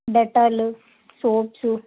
Dettol soaps